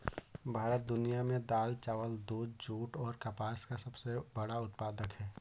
भारत दुनिया में दाल, चावल, दूध, जूट और कपास का सबसे बड़ा उत्पादक है